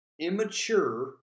immature